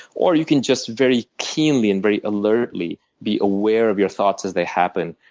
or, you can just very keenly and very alertly be aware of your thoughts as they happen.